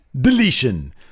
Deletion